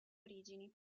origini